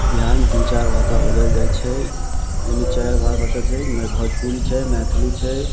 बिहारमे तीन चारि भाषा बाजल जाइ छै एहिमे चारि भाषा छै मै भोजपुरी छै मैथिली छै